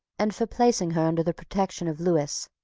and for placing her under the protection of lewis,